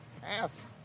pass